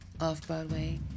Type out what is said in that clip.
off-Broadway